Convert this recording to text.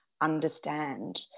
understand